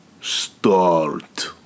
start